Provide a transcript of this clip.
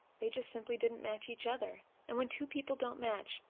they just simply didn't match each other and when two people don't match,